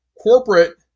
corporate